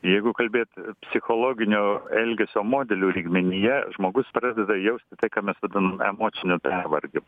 jeigu kalbėt psichologinio elgesio modelių lygmenyje žmogus pradeda jausti tai ką mes vadiname emociniu pervargimu